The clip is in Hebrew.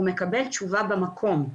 הוא מקבל תשובה במקום.